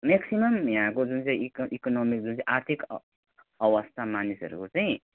maximum यहाँको जुन चाहिँ इक इकोनमिक जुन चाहिँ आर्थिक अवस्था मानिसहरूको चाहिँ